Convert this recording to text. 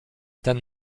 ten